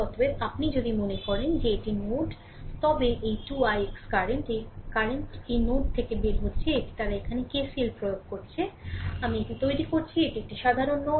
অতএব আপনি যদি মনে করেন যে এটি নোড তবে এই 2 ix কারেন্ট এই কারেন্ট এই কারেন্টটি এই নোড থেকে বের হচ্ছে এটি তারা এখানে KCL প্রয়োগ করছে যে আমি এটি এখানে তৈরি করছি এটি একটি সাধারণ নোড